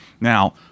Now